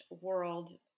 world